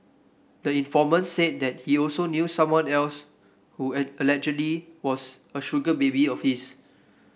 the informant said that he also knew someone else who allegedly was a sugar baby of his